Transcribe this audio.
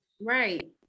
Right